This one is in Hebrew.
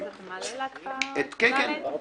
אז אתה מעלה להצבעה את (ד)(ה)(ו)?